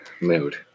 Mood